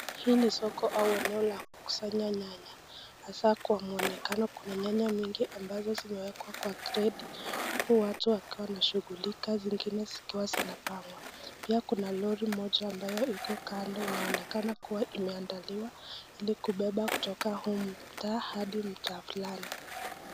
Hii ni soko au eneo la kukusanya nyanya, hasa kwa muonekano kuna nyanya mingi ambazo zimewekwa kwa gredi huku watu wakiwa wanashughulika zingine zikiwa zinapangwa, pia kuna lori moja ambayo iko kando inaonekana kuwa imeandaliwa ili kubeba kutoka huu mtaa hadi mtaa fulani.